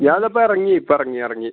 ഞാനിപ്പോൾ ഇറങ്ങി ഇപ്പം ഇറങ്ങി ഇറങ്ങി